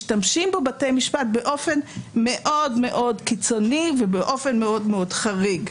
משתמשים בו באופן מאוד מאוד קיצוני ובאופן מאוד מאוד חריג.